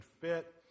fit